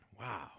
Wow